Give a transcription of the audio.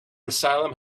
asylum